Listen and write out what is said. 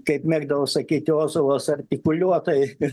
kaip mėgdavo sakyti ozolas artikuliuotai